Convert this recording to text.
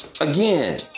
again